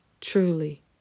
truly